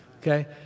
Okay